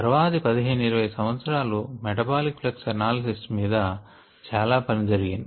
తర్వాతి 15 20 సంవత్సరాలు metabolic flux analysis మీద చాలా పని జరిగింది